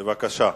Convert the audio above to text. בבקשה.